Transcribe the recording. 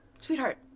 sweetheart